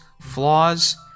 flaws